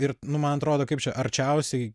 ir nu man atrodo kaip čia arčiausiai